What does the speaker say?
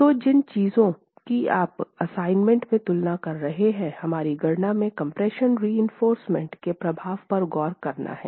तो जिन चीजों की आप असाइनमेंट में तुलना कर रहे हैं हमारी गणना में कम्प्रेशन रिइंफोर्समेन्ट के प्रभाव पर गौर करना है